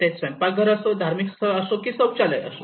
ते स्वयंपाकघर असो धार्मिक स्थळ की शौचालय असो